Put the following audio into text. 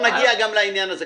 נגיע גם לעניין הזה.